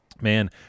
Man